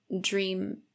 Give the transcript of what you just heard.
dream